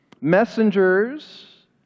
messengers